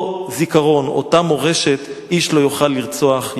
אותו זיכרון, אותה מורשת, איש לא יוכל לרצוח.